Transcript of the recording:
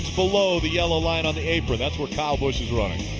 below the yellow line on the apron? that's where kyle busch is running.